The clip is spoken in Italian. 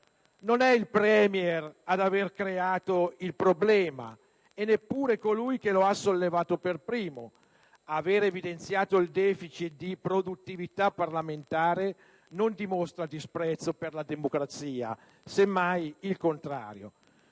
Non è il *premier* ad avere creato il problema e neppure colui che lo ha sollevato per primo: avere evidenziato ildeficit di produttività parlamentare non dimostra disprezzo per la democrazia, semmai il contrario.